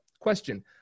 question